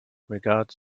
regards